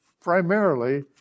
primarily